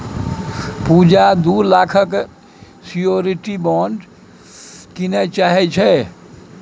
पुजा दु लाखक security bond कीनय चाहै छै